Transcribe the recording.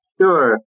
Sure